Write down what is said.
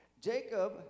Jacob